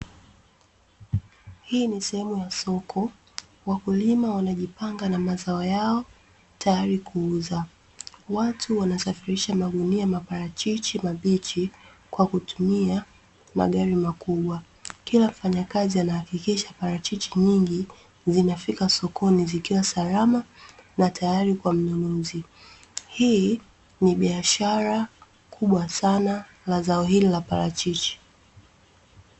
Hii ni sehemu ya soko wakulima wanajipanga na mazao yao tayari kuuza, watu wanasafirisha magunia ya maparachichi mabichi kwa kutumia magari makubwa, kila mfanyakazi anahakikisha parachichi nyingi zinafika sokoni zikiwa salama na tayari kwa mnunuzi. Hii ni biashara kubwa sana la zao hili la parachichi.